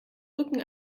rücken